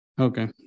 Okay